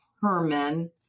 Herman